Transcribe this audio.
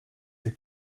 the